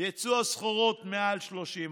יצוא הסחורות, במעל 30%,